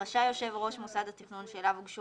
רשאי יושב-ראש מוסד התכנון שאליו הוגשו